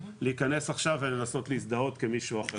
להיכנס עכשיו ולנסות להזדהות כמישהו אחר.